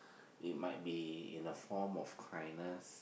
it might be in the form of cryness